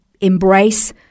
embrace